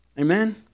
Amen